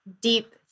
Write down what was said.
deep